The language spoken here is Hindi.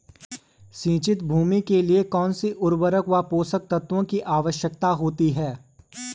सिंचित भूमि के लिए कौन सी उर्वरक व पोषक तत्वों की आवश्यकता होती है?